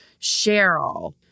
Cheryl